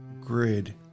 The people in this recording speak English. grid